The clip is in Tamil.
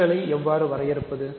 கூட்டலை எவ்வாறு வரையறுப்பது